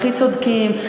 הכי צודקים,